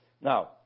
Now